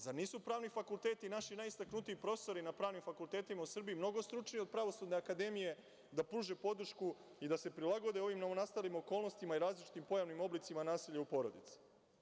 Zar nisu pravni fakulteti, naši najistaknutiji profesori na pravnim fakultetima u Srbiji mnogo stručniji od Pravosudne akademije da pruže podršku i da se prilagode ovim novonastalim okolnostima i različitim pojavnim oblicima nasilja u porodici?